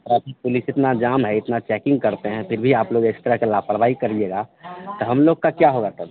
traffic police इतना जाम है इतनी चेकिन्ग करते हैं फिर भी आपलोग एक्स्ट्रा के लापरवाही करिएगा तो हमलोग का क्या होगा तब